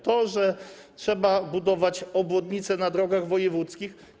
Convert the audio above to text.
Trzeba budować obwodnice na drogach wojewódzkich.